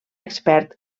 expert